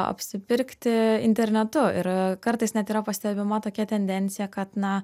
apsipirkti internetu ir kartais net yra pastebima tokia tendencija kad na